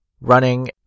running